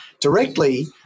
directly